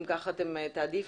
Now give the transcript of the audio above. אם ככה אתם תעדיפו,